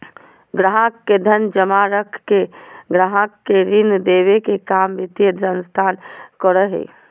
गाहक़ के धन जमा रख के गाहक़ के ऋण देबे के काम वित्तीय संस्थान करो हय